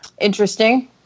Interesting